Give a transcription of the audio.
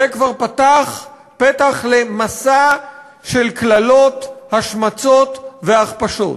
זה כבר פתח פתח למסע של קללות, השמצות והכפשות.